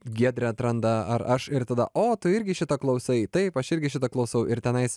giedrė atranda ar aš ir tada o tu irgi šitą klausai taip aš irgi šitą klausau ir tenais